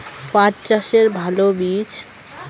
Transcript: পাঠ চাষের ভালো বীজ?